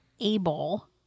able